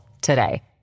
today